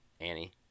Annie